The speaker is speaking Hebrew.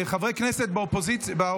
חברי כנסת באופוזיציה.